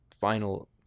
final